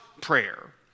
prayer